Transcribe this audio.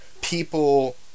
people